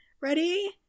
Ready